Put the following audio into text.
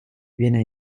viene